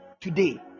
today